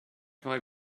mae